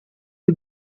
you